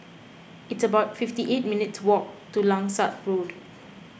it's about fifty eight minutes' walk to Langsat Road